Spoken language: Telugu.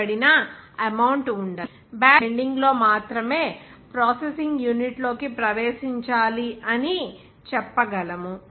కాబట్టి బ్యాచ్ ప్రాసెస్ సాధారణంగా సబ్స్టెన్స్ ఆపరేషన్ సైకిల్ యొక్క బిగినింగ్ మరియు ఎండింగ్ లో మాత్రమే ప్రాసెసింగ్ యూనిట్ లోకి ప్రవేశించాలి అని చెప్పగలము